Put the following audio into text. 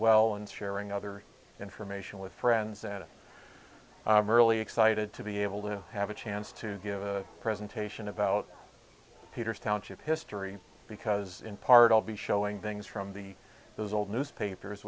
well and sharing other information with friends and it really excited to be able to have a chance to give a presentation about peters township history because in part i'll be showing things from the those old newspapers